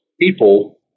people